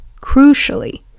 crucially